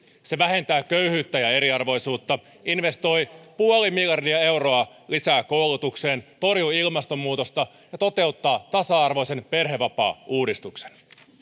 se vähentää köyhyyttä ja eriarvoisuutta investoi puoli miljardia euroa lisää koulutukseen torjuu ilmastonmuutosta ja toteuttaa tasa arvoisen perhevapaauudistuksen